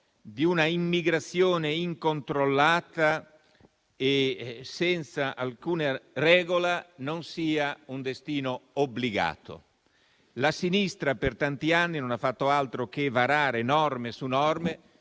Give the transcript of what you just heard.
di un'immigrazione incontrollata e senza alcuna regola non sia un destino obbligato. La sinistra per tanti anni non ha fatto altro che varare norme su norme